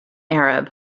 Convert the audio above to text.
arab